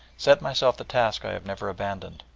set myself the task i have never abandoned.